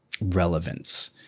relevance